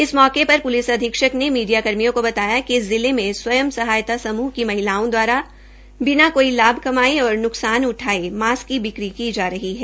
इस मौके पर प्लिस अधीक्षक ने मीडिया कर्मियों को बताया कि जिले में स्वंय सहायता समूह की महिलाओं द्वारा बिना कोई लाभ कमाये और न्कसान उठाये मास्क की बिक्री की जा रही है